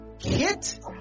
hit